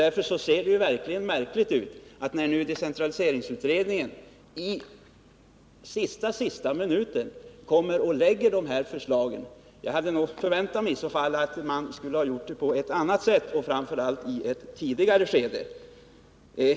Därför är det märkligt att decentraliseringsutredningen nu i allra sista minuten framlägger dessa förslag. Jag hade förväntat mig att det skulle ha skett på ett annat sätt och framför allt i ett tidigare skede.